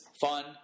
fun